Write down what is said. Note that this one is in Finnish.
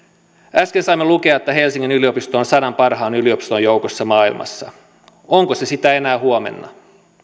äsken saimme lukea että helsingin yliopisto on sadan parhaan yliopiston joukossa maailmassa onko se sitä enää huomenna